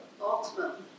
ultimately